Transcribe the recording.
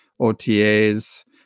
OTAs